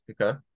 okay